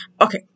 Okay